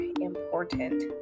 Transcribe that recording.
important